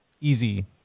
easy